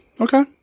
Okay